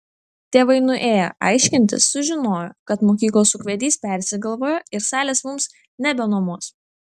tėvai nuėję aiškintis sužinojo kad mokyklos ūkvedys persigalvojo ir salės mums nebenuomos